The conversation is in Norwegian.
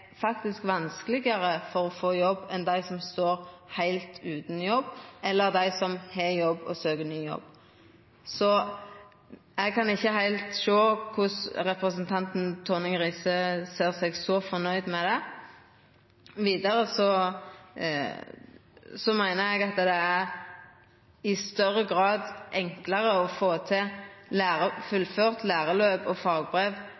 vanskelegare for å få jobb enn dei som står heilt utan jobb, eller dei som har jobb og søkjer ny jobb. Eg kan ikkje heilt sjå kvifor representanten Tonning Riise er så fornøgd med det. Vidare meiner eg at det i større grad er enklare å få fullført eit læreløp og ta fagbrev